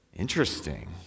Interesting